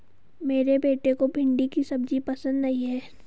मेरे बेटे को भिंडी की सब्जी पसंद नहीं है